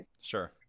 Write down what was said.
Sure